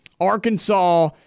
Arkansas